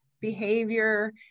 behavior